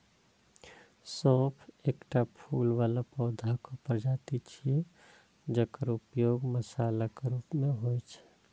सौंफ एकटा फूल बला पौधाक प्रजाति छियै, जकर उपयोग मसालाक रूप मे होइ छै